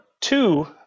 two